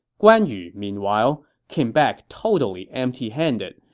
guan yu, meanwhile, came back totally empty handed,